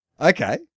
okay